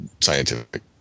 scientific